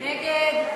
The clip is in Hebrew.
מצביעים.